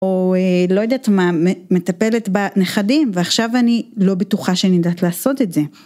או, לא יודעת מה, מטפלת בנכדים ועכשיו אני לא בטוחה שאני יודעת לעשות את זה.